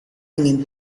ingin